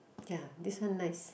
ya this one nice